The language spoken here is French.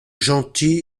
gentil